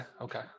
Okay